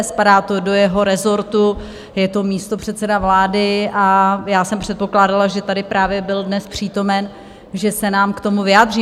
Spadá to do jeho rezortu, je to místopředseda vlády, a já jsem předpokládala, že tady právě byl dnes přítomen, že se nám k tomu vyjádří.